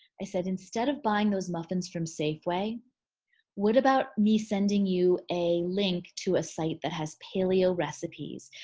i said, instead of buying those muffins from safeway what about me sending you a link to a site that has paleo recipes?